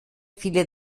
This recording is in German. viele